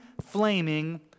flaming